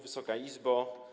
Wysoka Izbo!